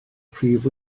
prif